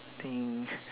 think